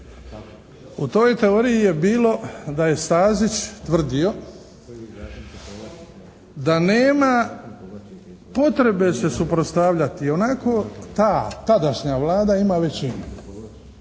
U toj teoriji je bilo da je Stazić tvrdio da nema potrebe se suprotstavljati ionako ta tadašnja Vlada ima većinu.